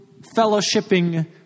fellowshipping